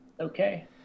okay